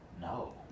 No